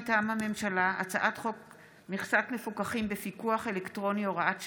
מטעם הממשלה: הצעת חוק מכסת מפוקחים בפיקוח אלקטרוני (הוראת שעה,